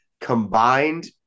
combined